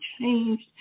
changed